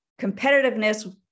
competitiveness